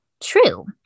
true